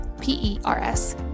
P-E-R-S